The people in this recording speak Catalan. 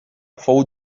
fou